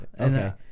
okay